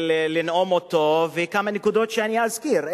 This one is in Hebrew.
לנאום, עם כמה נקודות שאני אזכיר.